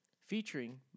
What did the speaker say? featuring